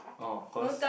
orh cause